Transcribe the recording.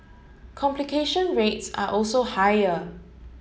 complication rates are also higher